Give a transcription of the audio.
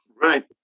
Right